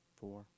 four